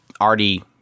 already